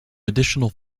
additional